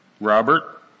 Robert